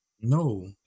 No